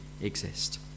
exist